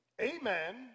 Amen